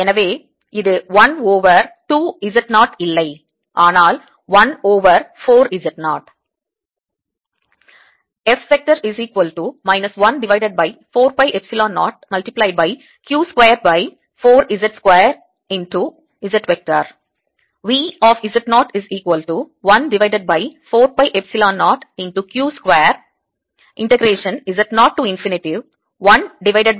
எனவே இது 1 over 2 Z not இல்லை ஆனால் 1 ஓவர் 4 Z நாட்